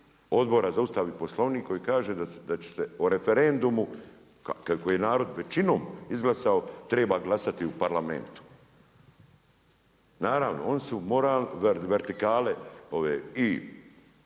Odbora za Ustav i Poslovnik koji kaže da će se o referendumu, kako je narod većinom izglasao treba glasati u Parlament. Naravno oni su, vertikale ove